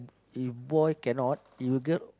if boy cannot if girl